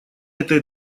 этой